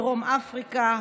דרום אפריקה,